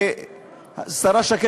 השרה שקד,